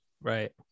right